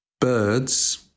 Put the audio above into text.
birds